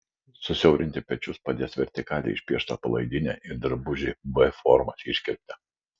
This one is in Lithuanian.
susiaurinti pečius padės vertikaliai išpiešta palaidinė ir drabužiai v formos iškirpte